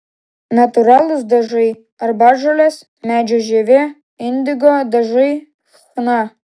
natūralūs dažai arbatžolės medžio žievė indigo dažai chna